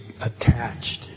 attached